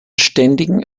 ständigen